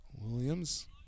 Williams